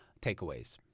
takeaways